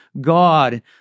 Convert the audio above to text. God